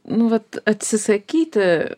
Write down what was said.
nu vat atsisakyti